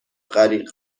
غریق